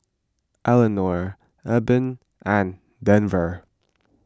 Elinore Eben and Denver